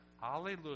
Hallelujah